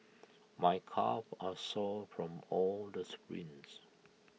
my calves are sore from all the sprints